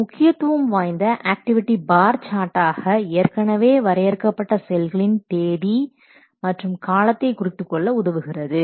இது முக்கியத்துவம் வாய்ந்த ஆக்டிவிடி பார் சார்ட்டாக ஏற்கனவே வரையறுக்கப்பட்ட செயல்களின் தேதி மற்றும் காலத்தை குறித்துக்கொள்ள உதவுகிறது